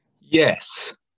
yes